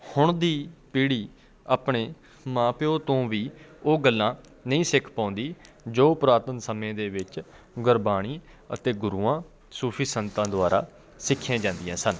ਹੁਣ ਦੀ ਪੀੜੀ ਆਪਣੇ ਮਾਂ ਪਿਉ ਤੋਂ ਵੀ ਉਹ ਗੱਲਾਂ ਨਹੀਂ ਸਿੱਖ ਪਾਉਂਦੀ ਜੋ ਪੁਰਾਤਨ ਸਮੇਂ ਦੇ ਵਿੱਚ ਗੁਰਬਾਣੀ ਅਤੇ ਗੁਰੂਆਂ ਸੂਫ਼ੀ ਸੰਤਾਂ ਦੁਆਰਾ ਸਿੱਖੀਆਂ ਜਾਂਦੀਆਂ ਸਨ